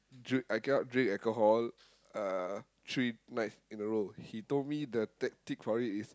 drink I cannot drink alcohol uh three nights in a row he told me the tactic for it is